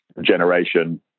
generation